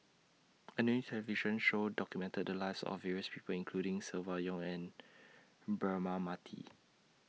A New television Show documented The Lives of various People including Silvia Yong and Braema Mathi